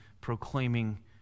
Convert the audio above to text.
proclaiming